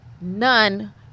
None